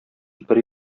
бер